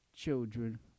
children